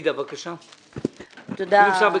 תודה.